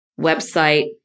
website